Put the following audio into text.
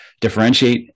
differentiate